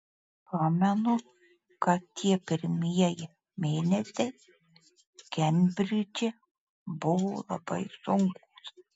pamenu kad tie pirmieji mėnesiai kembridže buvo labai sunkūs